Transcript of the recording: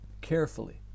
carefully